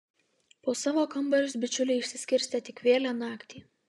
po savo kambarius bičiuliai išsiskirstė tik vėlią naktį